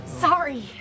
Sorry